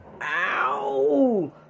ow